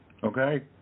Okay